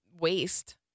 waste